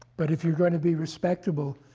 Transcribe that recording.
but if you're going to be respectable,